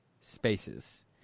spaces